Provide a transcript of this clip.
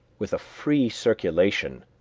with a free circulation,